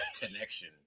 connection